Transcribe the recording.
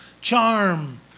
charm